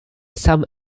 some